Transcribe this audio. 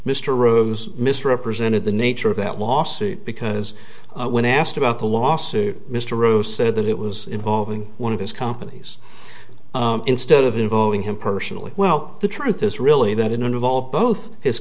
mr rose misrepresented the nature of that lawsuit because when asked about the lawsuit mr rose said that it was involving one of his companies instead of involving him personally well the truth is really that it involved both his